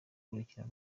urukino